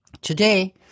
Today